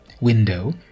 window